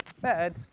bad